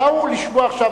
באו לשמוע עכשיו.